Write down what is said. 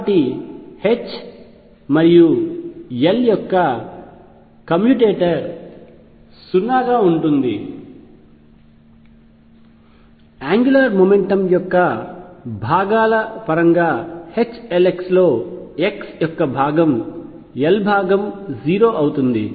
కాబట్టి H మరియు L యొక్క కమ్యుటేటర్ 0 గా ఉంటుంది యాంగ్యులార్ మెకానిక్స్ యొక్క భాగాల పరంగా H Lx లో x యొక్క L భాగం 0 అవుతుంది